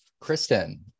Kristen